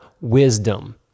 wisdom